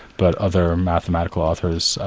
but other mathematical authors,